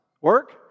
work